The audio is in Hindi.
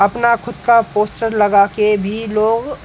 अपना खुद का पोस्टर लगा कर भी लोग